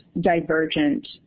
divergent